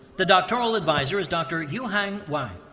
the doctoral advisor is dr. yuhang wang.